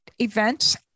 events